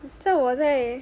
在我在